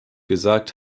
gesagt